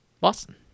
Boston